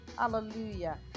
Hallelujah